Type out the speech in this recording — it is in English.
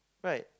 right